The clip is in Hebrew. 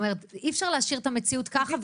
אי אפשר להשאיר את המציאות ככה ו --- עידית,